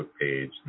page